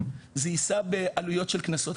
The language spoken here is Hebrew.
זה יישא בעלויות של קנסות,